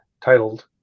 titled